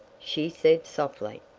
she said softly.